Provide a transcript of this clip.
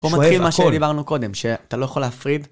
פה מתחיל מה שדיברנו קודם, שאתה לא יכול להפריד.